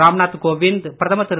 ராம்நாத் கோவிந்த் பிரதமர் திரு